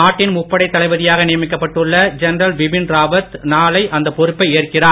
நாட்டின் முப்படைத் தளபதியாக நியமிக்கப்பட்டுள்ள ஜென்ரல் பிபின் ராவத் நாளை அந்த பொறுப்பை ஏற்கிறார்